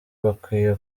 bakwiye